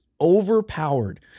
overpowered